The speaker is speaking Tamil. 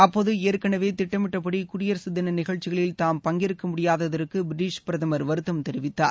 அப்போது ஏற்கெனவே திட்டமிட்டபடி குடியரக தின நிகழ்ச்சிகளில் தாம் பங்கேற்க முடியாததற்கு பிரிட்டிஷ் பிரதமர் வருத்தம் தெரிவித்தார்